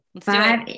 Five